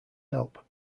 help